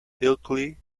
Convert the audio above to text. ilkley